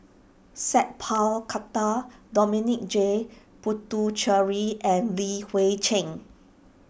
Sat Pal Khattar Dominic J Puthucheary and Li Hui Cheng